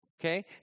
Okay